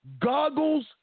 goggles